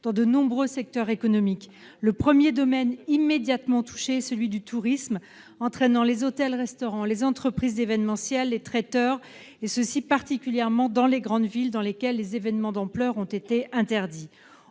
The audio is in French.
dans de nombreux secteurs économiques. Le premier domaine immédiatement touché est celui du tourisme, avec des conséquences sur les hôtels-restaurants, les entreprises d'événementiel, les traiteurs, particulièrement dans les grandes villes, où les événements d'ampleur ont été interdits.